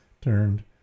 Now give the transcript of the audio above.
turned